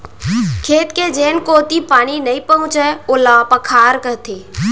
खेत के जेन कोती पानी नइ पहुँचय ओला पखार कथें